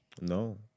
No